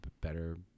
better